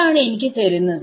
ഇതാണ് എനിക്ക് തരുന്നത്